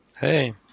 hey